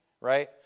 right